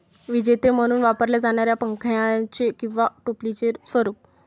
विजेते म्हणून वापरल्या जाणाऱ्या पंख्याचे किंवा टोपलीचे स्वरूप